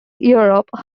europe